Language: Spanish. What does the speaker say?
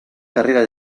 carrera